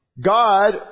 God